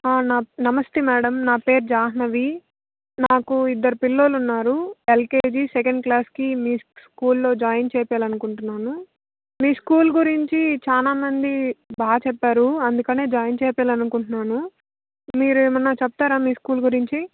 ఆ నమస్తే మేడం నా పేరు జహనవి నాకు ఇద్దరు పిల్లలున్నారు ఎల్కేజీ సెకండ్ క్లాస్కి మీ స్కూల్లో జాయిన్ చేయించాలనుకుంటున్నాను మీ స్కూల్ గురించి చాలామంది బాగా చెప్పారు అందుకనే జాయిన్ చేయించాలనుకుంటున్నాను మీరు ఏమైనా చెప్తారా మీ స్కూల్ గురించి